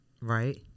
right